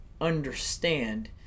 understand